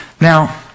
Now